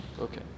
Okay